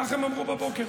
כך הם אמרו בבוקר.